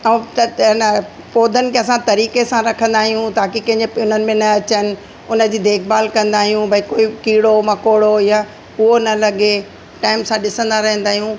ऐं त त हेन पौधनि खे असां तरीके़ सां रखंदा आहियूं ताकि कंहिंजे हुननि में न अचनि उनजी देखभाल कंदा आहियूं भई कोई कीड़ो मकोड़ो या उहो न लॻे टेम सां ॾिसंदा रहंदा आहियूं